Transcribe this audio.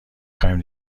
خوایم